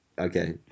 okay